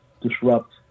disrupt